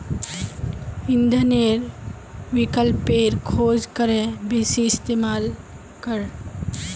इंधनेर विकल्पेर खोज करे बेसी इस्तेमाल कर